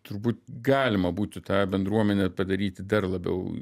turbūt galima būtų tą bendruomenę padaryti dar labiau